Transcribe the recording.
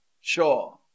Sure